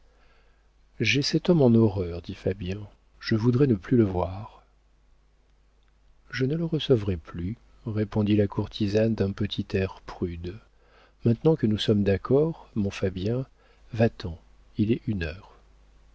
j'ai cet homme en horreur dit fabien je voudrais ne plus le voir je ne le recevrai plus répondit la courtisane d'un petit air prude maintenant que nous sommes d'accord mon fabien va-t'en il est une heure